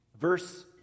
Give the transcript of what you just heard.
Verse